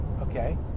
okay